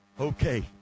Okay